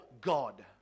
God